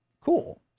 cool